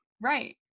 Right